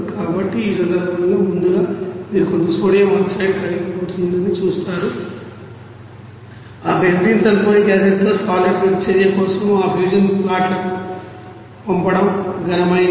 కాబట్టి ఈ సందర్భంలో ముందుగా మీరు కొంత సోడియం ఆక్సైడ్ కరిగిపోతుందని చూస్తారు ఆ బెంజీన్ సుఫోనిక్ యాసిడ్తోసాలిడ్ ప్రతిచర్య కోసం ఆ ఫ్యూజన్ పాట్లకు పంపడం ఘనమైనది